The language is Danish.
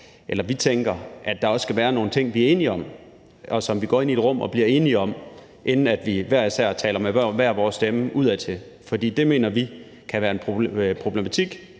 vi tænker at der også kan være nogle ting, vi er uenige om, og som vi går ind i et rum og bliver enige om, inden vi hver især taler med hver vores stemme udadtil, fordi vi mener, det kan være problematisk,